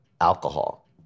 alcohol